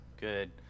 good